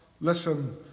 listen